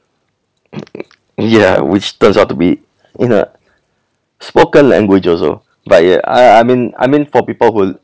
ya which turns out to be in a spoken language also but ya I I mean I mean for people who